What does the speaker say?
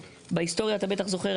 בהיסטוריה אתה בטח זוכר,